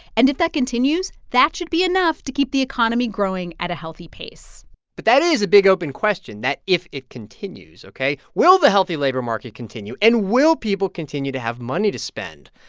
and if that continues, that should be enough to keep the economy growing at a healthy pace but that is a big open question that if it continues, ok? will the healthy labor market continue? and will people continue to have money to spend?